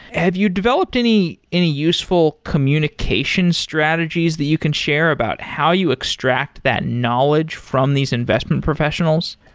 have you developed any any useful communication strategies that you can share about how you extract that knowledge from these investment professionals?